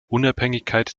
unabhängigkeit